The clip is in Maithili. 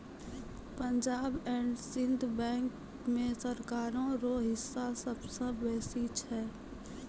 पंजाब एंड सिंध बैंक मे सरकारो रो हिस्सा सबसे बेसी छै